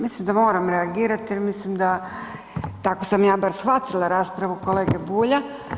Mislim da moram reagirati jer mislim da, tako sam ja bar shvatila raspravu kolege Bulja.